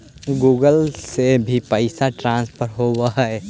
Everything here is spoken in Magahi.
गुगल से भी पैसा ट्रांसफर होवहै?